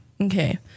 Okay